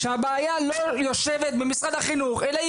שהבעיה לא יושבת במשרד החינוך אלא היא